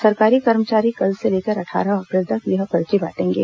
सरकारी कर्मचारी कल से लेकर अट्ठारह अप्रैल तक यह पर्ची बांटेंगे